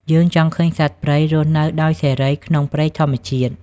យើងចង់ឃើញសត្វព្រៃរស់នៅដោយសេរីក្នុងព្រៃធម្មជាតិ។